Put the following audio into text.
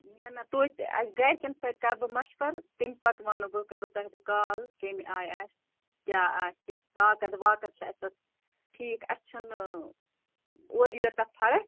نہ نہ تویتہِ اَسہِ گرِکٮ۪ن سۭتۍ کَرٕ بہٕ مَشوَرٕ تَمہِ پَتہٕ وَنو بہٕ کَرو تۄہہِ بہٕ کال کَمہِ آیہِ آسہِ کیٛاہ آسہِ کاکَد واکَد چھِ اَسہِ اَتھ ٹھیٖک اَسہِ چھُ نہٕ اورٕ یورٕ تَتھ فرق